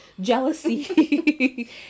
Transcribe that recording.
jealousy